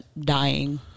dying